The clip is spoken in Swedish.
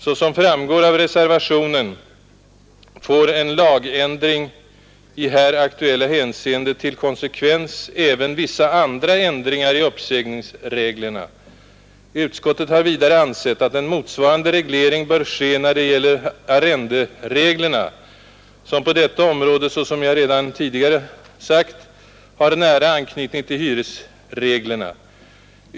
Såsom framgår av reservationen får en lagändring i här aktuella hänseende till konsekvens även vissa andra ändringar i uppsägningsreglerna. Utskottet har vidare ansett att en motsvarande reglering bör ske när det gäller arrendereglerna, som på detta område, såsom jag redan tidigare sagt, har nära anknytning till hyresreglerna.